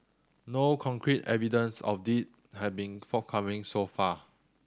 no concrete evidence of they has been forthcoming so far